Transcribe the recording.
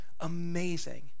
amazing